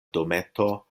dometo